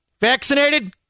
Vaccinated